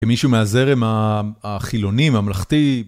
כמישהו מהזרם החילוני ממלכתי.